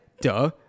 duh